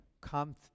come